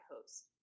host